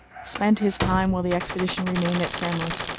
spent his time while the expedition remained at samos,